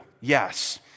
yes